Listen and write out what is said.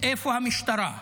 איפה המשטרה?